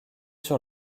sur